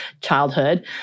childhood